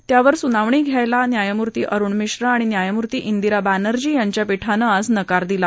त्यावर सुनावणी घ्यायाला न्यायमूर्ती अरुण मिश्रा आणि न्यायमूर्ती दिरा बनर्जी यांच्या पीठानं आज नकार दिला